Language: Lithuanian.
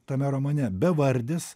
tame romane bevardis